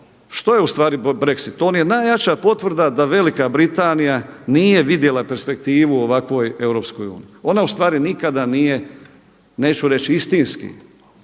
Što je ustvari Brexit? On je ustvari najjača potvrda da Velika Britanija nije vidjela perspektivu u ovakvoj Europskoj uniji. Ona u stvari nikada nije neću reći istinski,